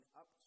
up